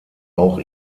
auch